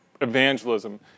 evangelism